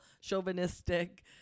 chauvinistic